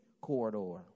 corridor